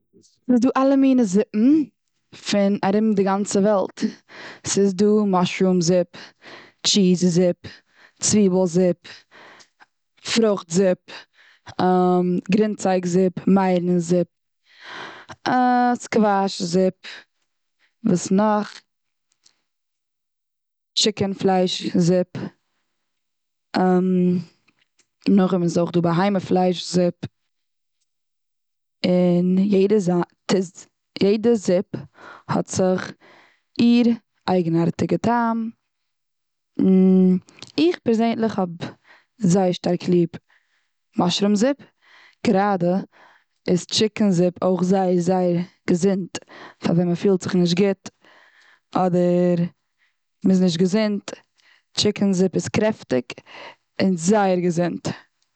ס'איז דא אלע מינע זופן, פון ארום די גאנצע וועלט. ס'איז דא מאשרום זופ, טשיז זופ, צוויבל זופ, פרוכט זופ, גרינצייג זופ, מייערן זופ, סקוואש זופ. וואס נאך? טשיקן פלייש זופ. נאך דעם איז אויך דא בהמה פלייש זופ. און יעדע יעדע זופ, האט זיך איר אייגענארטיגע טעם. איך פערזענדליך האב זייער שטארק ליב מאשרום זופ, גראדע איז טשיקן זופ אויך זייער, זייער, געזונט פאר ווען מ'פילט זיך נישט גוט, אדער מ'איז נישט געזונט. טשיקן זופ איז קרעפטיג, און איז זייער געזונט.